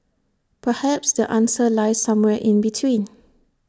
perhaps the answer lies somewhere in between